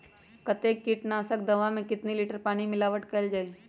कतेक किटनाशक दवा मे कितनी लिटर पानी मिलावट किअल जाई?